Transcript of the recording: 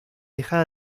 dejada